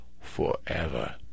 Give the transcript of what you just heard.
forever